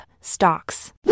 stocks